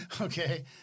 Okay